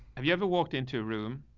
have you ever walked into a room.